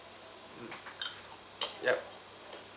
mm yup